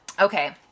Okay